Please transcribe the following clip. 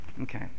Okay